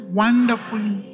wonderfully